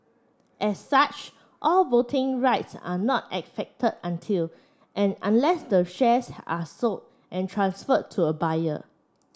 as such all voting rights are not affected until and unless the shares are sold and transferred to a buyer